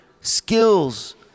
skills